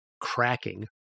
cracking